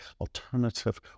alternative